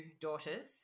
daughters